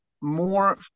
more